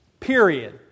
Period